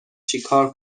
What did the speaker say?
چکار